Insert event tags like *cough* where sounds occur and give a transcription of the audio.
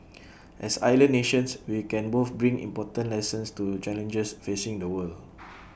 *noise* as island nations we can both bring important lessons to challenges facing the world